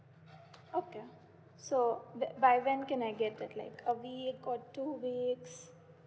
okay so that by when can I get it like a week or two weeks